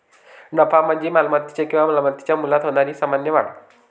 नफा म्हणजे मालमत्तेच्या किंवा मालमत्तेच्या मूल्यात होणारी सामान्य वाढ